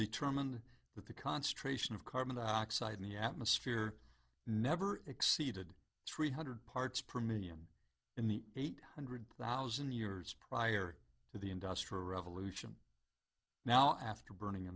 determined that the concentration of carbon dioxide in the atmosphere never exceeded three hundred parts per million in the eight hundred thousand years prior to the industrial revolution now after burning